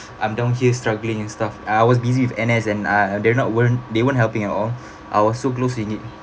I'm down here struggling and stuff I was busy with N_S and uh they're not weren't they weren't helping at all I was so close in need